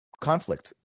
conflict